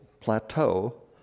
plateau